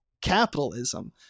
Capitalism